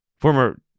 Former